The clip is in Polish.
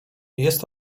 jest